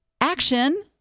action